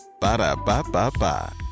Ba-da-ba-ba-ba